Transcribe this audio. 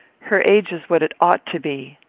her age is what it ought to be.